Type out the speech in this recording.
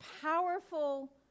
powerful